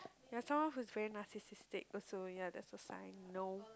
ya someone who is very narcissistic also ya that's a sign no